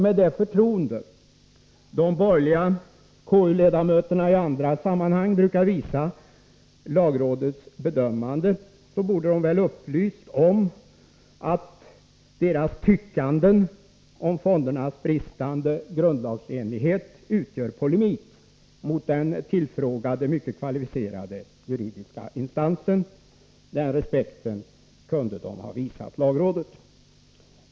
Med det förtroende som de borgerliga KU-ledamöterna i andra sammanhang brukar ha för lagrådets bedömanden borde de ha upplysts om att deras tyckanden om fondernas bristande grundlagsenlighet utgör polemik mot den tillfrågade, mycket kvalificerade juridiska instansen. Den respekten kunde de ha visat lagrådet.